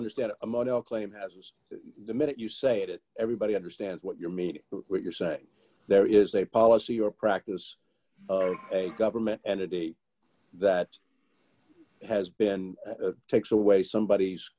understand a model claim has the minute you say it everybody understands what you mean what you're saying there is a policy or practice a government entity that has been takes away some bod